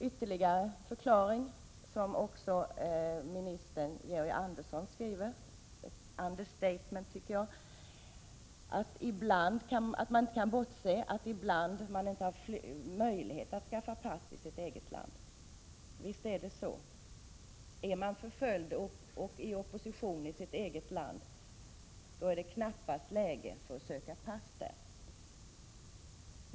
Ytterligare en förklaring är, som också statsrådet Georg Andersson skriver — och det är ett understatement, tycker jag — att vi inte kan bortse från att man ibland inte har möjlighet att skaffa pass i sitt eget land. Visst är det så. Är man förföljd och i opposition i sitt eget land är det knappast läge att söka pass där.